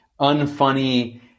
unfunny